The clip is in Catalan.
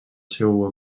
seua